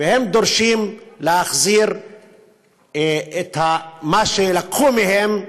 והם דורשים להחזיר להם את מה שלקחו מהם.